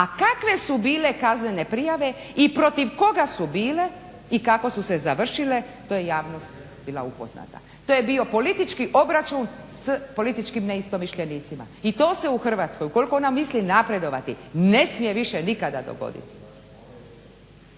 A kakve su bile kaznene prijave i protiv koga su bile i kako su se završile to je javnost bila upoznata. To je bio politički obračun s političkim neistomišljenicima. I to se u Hrvatskoj ukoliko ona misli napredovati ne smije više nikada dogoditi.